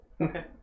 Okay